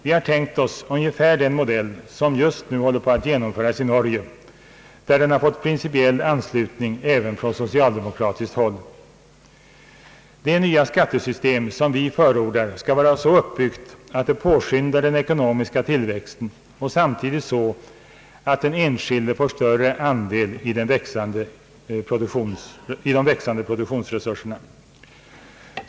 Vi har tänkt oss ungefär den modell som just nu håller på att genomföras i Norge, där den har fått principiell anslutning även från socialdemokratiskt håll. Det nya skattesystem som vi förordar skall vara så uppbyggt, att det påskyndar den ekonomiska tillväxten, och samtidigt så, att den enskilde får större andel i de växande resurserna.